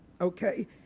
okay